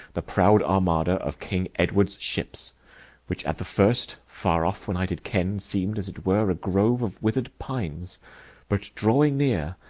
the proud armado of king edward's ships which, at the first, far off when i did ken, seemed as it were a grove of withered pines but, drawing near,